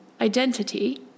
identity